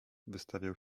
wystawiał